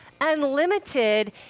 unlimited